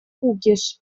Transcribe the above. кукиш